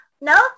No